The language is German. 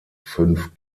fünf